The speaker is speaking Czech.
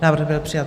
Návrh byl přijat.